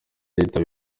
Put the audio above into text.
yitaba